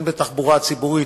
הן בתחבורה ציבורית,